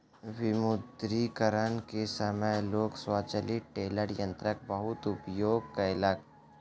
विमुद्रीकरण के समय लोक स्वचालित टेलर यंत्रक बहुत उपयोग केलक